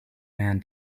man